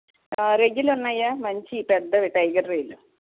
రొయ్యలు ఉన్నాయా మంచివి పెద్దవి టైగర్ రొయ్యలు